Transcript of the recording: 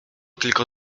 tylko